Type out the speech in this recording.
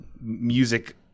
music